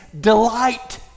delight